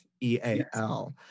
E-A-L